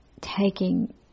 taking